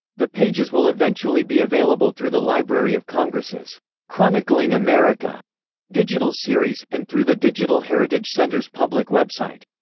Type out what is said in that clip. the pages will eventually be available through the library of congress' chronicling america digital series, and through the digital heritage center's public website.